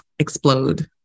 explode